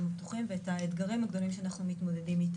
הפתוחים ואת האתגרים הגדולים שאנחנו מתמודדים איתם.